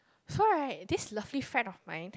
so right this lovely friend of mine